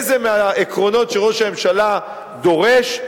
איזה מהעקרונות שראש הממשלה דורש,